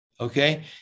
okay